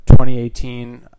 2018